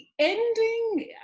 ending